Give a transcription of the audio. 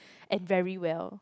and very well